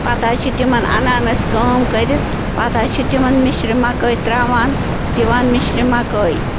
پتہٕ حظ چھِ تِمَن اَنان أسۍ کٲم کٔرِتھ پَتہٕ حظ چھِ تِمَن مِشرِ مکٲے ترٛاوان دِوان مِشرِ مکٲے